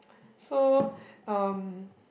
so um